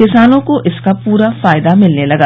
किसानों को इसका पूरा फायदा मिलने लगा